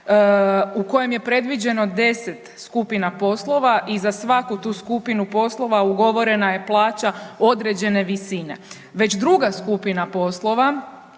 u kojem je predviđeno 10 skupina poslova i za svaku tu skupinu poslova ugovorena je plaća određene visine. Već druga skupina poslova